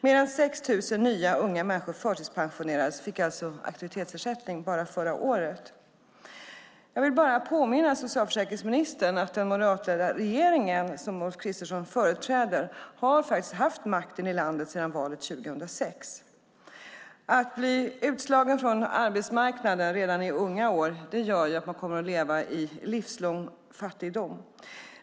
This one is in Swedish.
Mer än 6 000 nya unga människor förtidspensionerades, det vill säga fick aktivitetsersättning, bara förra året. Jag vill påminna socialförsäkringsministern om att den moderatledda regering som Ulf Kristersson företräder faktiskt har haft makten i landet sedan valet 2006. Att bli utslagen från arbetsmarknaden redan i unga år gör att man kommer att leva i livslång fattigdom.